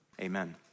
amen